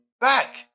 back